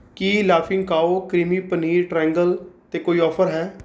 ਕੀ Laughing Cow creamy paneer triangle 'ਤੇ ਕੋਈ offer ਹੈ